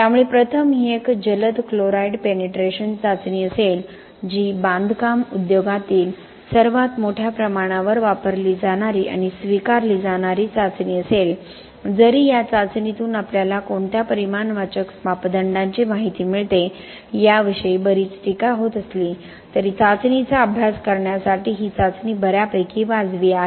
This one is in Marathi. त्यामुळे प्रथम ही एक जलद क्लोराईड पेनिट्रेशन चाचणी असेल जी बांधकाम उद्योगातील सर्वात मोठ्या प्रमाणावर वापरली जाणारी आणि स्वीकारली जाणारी चाचणी असेल जरी या चाचणीतून आपल्याला कोणत्या परिमाणवाचक मापदंडाची माहिती मिळते याविषयी बरीच टीका होत असली तरी चाचणीचा अभ्यास करण्यासाठी ही चाचणी बर्यापैकी वाजवी आहे